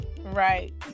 Right